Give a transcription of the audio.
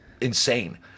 insane